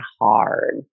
hard